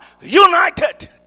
united